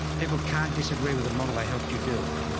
people can't disagree with the model they helped you build.